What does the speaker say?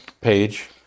page